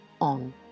on